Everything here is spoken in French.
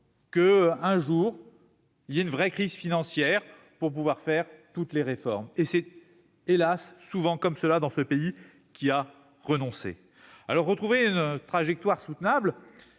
que, un jour, il y ait une vraie crise financière pour engager toutes les réformes. C'est, hélas, souvent ainsi dans ce pays, qui a renoncé. Pour retrouver une trajectoire soutenable,